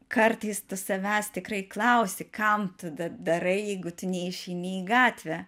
kartais savęs tikrai klausi kam tu da darai jeigu tu neišeini į gatvę